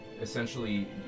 essentially